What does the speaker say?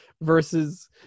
versus